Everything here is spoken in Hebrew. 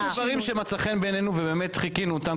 יש דברים שמצא חן בעינינו ובאמת חיקינו אותם,